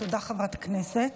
תודה, חברת הכנסת.